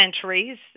centuries